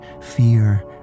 fear